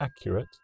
accurate